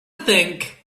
think